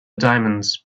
diamonds